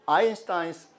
Einstein's